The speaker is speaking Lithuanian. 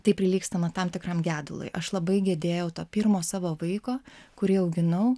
tai prilygstama tam tikram gedului aš labai gedėjau to pirmo savo vaiko kurį auginau